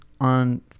on